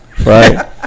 Right